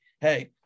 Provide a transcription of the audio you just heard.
hey